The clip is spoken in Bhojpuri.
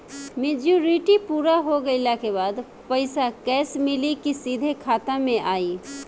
मेचूरिटि पूरा हो गइला के बाद पईसा कैश मिली की सीधे खाता में आई?